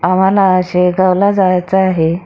आम्हाला शेगावला जायचं आहे